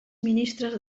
ministres